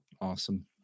Awesome